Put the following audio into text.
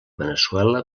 veneçuela